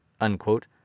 unquote